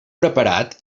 preparat